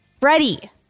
Freddie